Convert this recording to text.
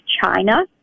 China